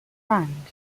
brand